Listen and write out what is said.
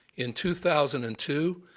in two thousand and two,